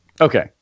Okay